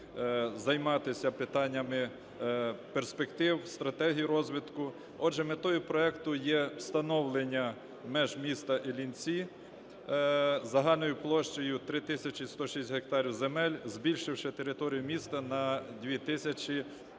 займатися питаннями перспектив, стратегій розвитку. Отже, метою проекту є становлення меж міста Іллінці, загальною площею 3 тисячі 106 гектарів земель, збільшивши територію міста на 2